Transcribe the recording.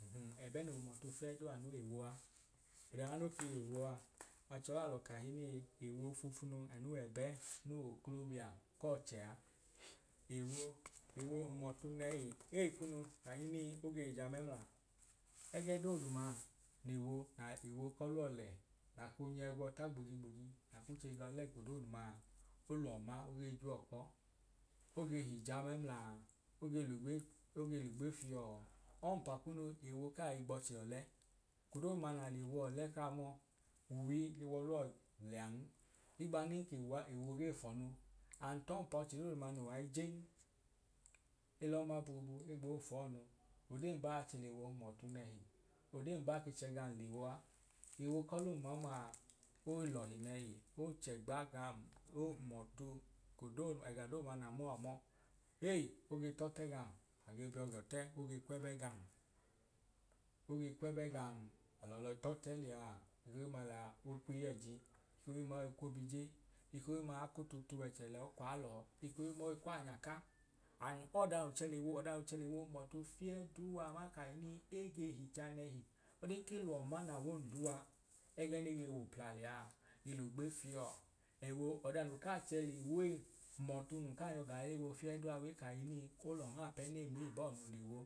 Nhuu ẹbẹ noo hum ọtu fiẹduu aa anu w’ewo a, ọda no ya no ke w’ewo a achọlalọ kahinii ewo foofunu anu w’ẹbẹ no w’oklobia k’ọchẹ aa. Ewo ewo hum ọtu nẹhi, eyi kunu kahinii oge hija mẹmlam, ẹgẹ doduma na n’ewo k’ọluwọ le, akoo nyẹ gwọọ ta gbojigboji akuche ga olẹ eko dooduma oluwọ ma oge juwọ kpọ, oge hija mẹmlau, oge l’ugbe oge l’ugbe fiọọ. Ọmpa kunu, ewo kai gb’ọchẹ ọlẹ. Eko doduma na l’ewo ọle kaa mọ uwii ge w’ọluwọ liyan higbanin k’ewo ge fọnu an tọn pa ọchẹ dooduma no wa ijen elọma boobu egboo fọọ ọnu, oden baa chẹ l’ewo hum ọtu nehi, odee mbaa ke chẹ gan l’ewo aa. Ewo kọlum ọmaa oi lọhi nẹhi, ochẹgba gam ohumọtu ek’odoodu ẹga doodu na mum a mọọ. Eyi, oge tọte gam, nge biọ gọtẹ oge kwẹbẹ gam oge kwẹbẹ gam, alọ yọi tọtẹ liyaa egọma liya oi kw’iyẹẹji, ohimma oi kw’obije, ikohimma akoto tuweche liyaa o kwaa lọọ, ekohimma oi kw’anyaka an oọdan ọda no che l’ewo hum ọtu fiẹduu a man kahinii ege hija nehi odin ke luwọ ma na w’onduwa ẹgẹ nege wu pla lẹyaa ge l’ugbe fiọ, ewo ọda no kaa chẹ l’ewo ei hum ọtu nun kaa nyọ gaa l’ewo fieduu a we kahinii ko l’ọmaap’ẹnẹm ei bọọ no l’ewo.